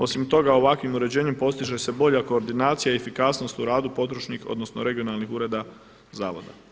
Osim toga, ovakvim uređenjem postiže se bolja koordinacija i efikasnost u radu područnih, odnosno regionalnih ureda zavoda.